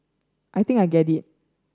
I think I get it